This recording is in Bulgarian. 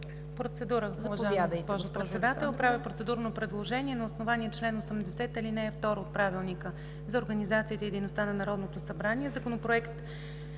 Процедура, уважаема госпожо Председател. Правя процедурно предложение на основание чл. 80, ал. 2 от Правилника за организацията и дейността на Народното събрание Законопроект